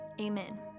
amen